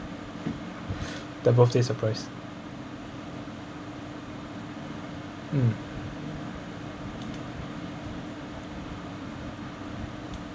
the birthday surprise mm